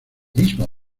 mismo